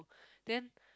then